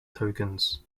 tokens